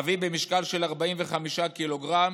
אבי במשקל של 45 ק"ג,